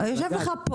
יושב לך,